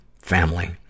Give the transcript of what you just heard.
family